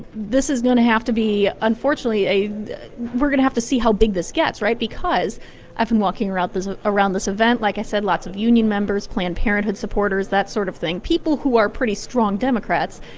this is going to have to be unfortunately, we're going to have to see how big this gets. right? because i've been walking around this ah around this event. like i said, lots of union members, planned parenthood supporters, that sort of thing. people people who are pretty strong democrats.